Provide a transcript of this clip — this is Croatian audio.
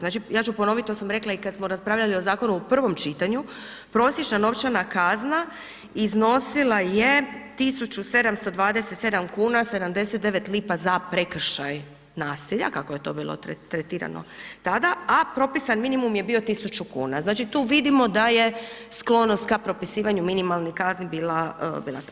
Znači ja ću ponoviti to sam rekla i kada smo raspravljali o zakonu u prvom čitanju, prosječna novčana kazna iznosila je 1.727,79 lipa za prekršaj nasilja, kako je to bilo tretirano tada, a propisan minimum bio je tisuću kuna, znači tu vidimo da je sklonost k propisivanju minimalnih kazni bila